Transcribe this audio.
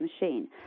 machine